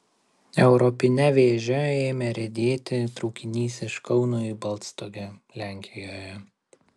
europine vėže ėmė riedėti traukinys iš kauno į balstogę lenkijoje